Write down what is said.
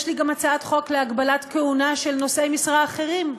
יש לי גם הצעת חוק להגבלת כהונה של נושאי משרה בכירים אחרים,